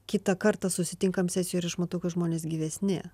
kitą kartą susitinkam sesijoj ir aš matau kad žmonės gyvesni